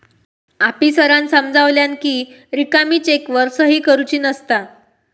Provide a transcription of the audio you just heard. आफीसरांन समजावल्यानं कि रिकामी चेकवर सही करुची नसता